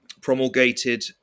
promulgated